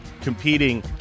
competing